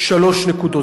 שלוש נקודות?